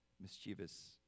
mischievous